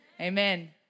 Amen